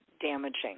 damaging